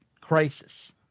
crisis